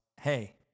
Hey